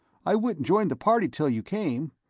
i wouldn't join the party till you came.